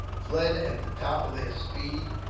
fled at the top of their speed,